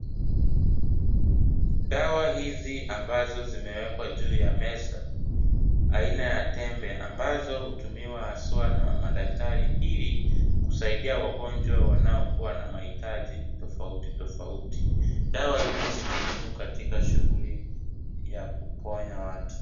Dawa hizi ambazo zimewekwa juu ya meza aina ya tembe ambazo hutumiwa haswa na madaktari ili kusaidia wagonjwa wanaokuwa na mahitaji tofauti tofauti. Dawa hili ni muhimu katika shughuli ya kuponya watu.